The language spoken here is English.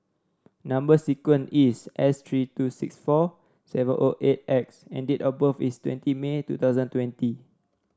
number sequence is S three two six four seven O eight X and date of birth is twenty May two thousand twenty